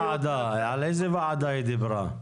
על איזו ועדה היא דיברה?